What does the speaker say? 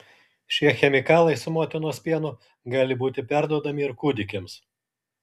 šie chemikalai su motinos pienu gali būti perduodami ir kūdikiams